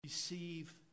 receive